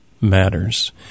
Matters